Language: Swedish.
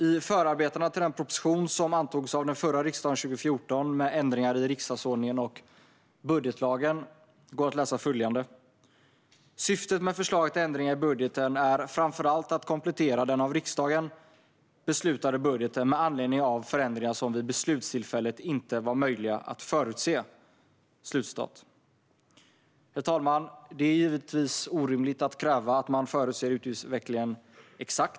I förarbetena till den proposition som antogs av den förra riksdagen 2014 med ändringar i riksdagsordningen och budgetlagen går att läsa följande: Syftet med förslag till ändringar i budgeten är framför allt att komplettera den av riksdagen beslutade budgeten med anledning av förändringar som vid beslutstillfället inte var möjliga att förutse. Herr talman! Det är givetvis orimligt att kräva att man förutser utgiftsutvecklingen exakt.